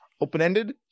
open-ended